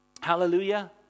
Hallelujah